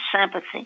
sympathy